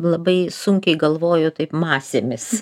labai sunkiai galvoju taip masėmis